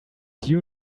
you